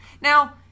Now